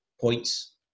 points